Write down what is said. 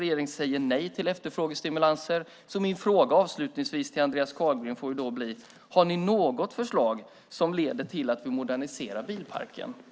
Regeringen säger nej till efterfrågestimulanser. Min fråga till Andreas Carlgren blir avslutningsvis: Har ni något förslag som leder till att vi moderniserar bilparken?